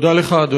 תודה לך,